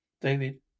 David